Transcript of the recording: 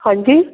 हाँ जी